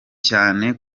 cyane